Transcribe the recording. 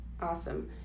Awesome